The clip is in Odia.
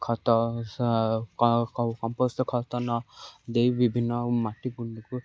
ଖତ କମ୍ପୋଷ୍ଟ୍ ଖତ ନ ଦେଇ ବିଭିନ୍ନ ମାଟି କୁଣ୍ଡକୁ